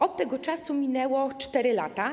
Od tego czasu minęły 4 lata.